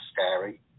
scary